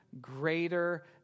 greater